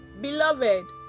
Beloved